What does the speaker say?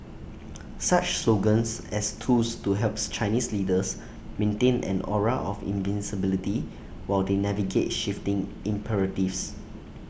such slogans as tools to helps Chinese leaders maintain an aura of invincibility while they navigate shifting imperatives